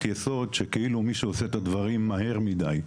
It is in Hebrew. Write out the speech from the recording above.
יסוד שכאילו מישהו עושה את הדברים מהר מדי.